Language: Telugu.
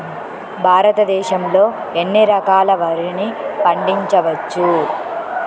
భారతదేశంలో ఎన్ని రకాల వరిని పండించవచ్చు